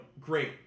great